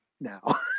now